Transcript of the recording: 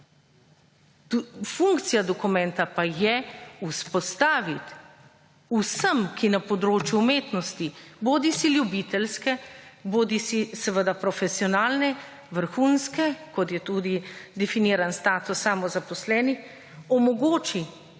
Funkcija dokumenta pa je vzpostaviti vsem, ki na področju umetnosti, bodisi ljubiteljske bodisi seveda profesionalne, vrhunske, kot je tudi definiran status samozaposlenih, omogoči,